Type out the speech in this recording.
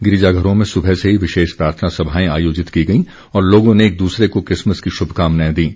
गिरिजाघरों में सुबह से ही विशेष प्रार्थना सभाएं आयोजित की गई और लोगों ने एक दूसरे को किसमस की शुभकामनाएं दीं